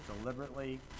deliberately